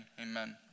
Amen